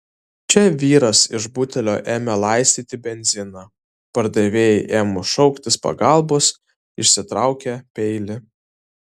čia vyras iš butelio ėmė laistyti benziną pardavėjai ėmus šauktis pagalbos išsitraukė peilį